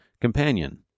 companion